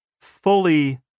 fully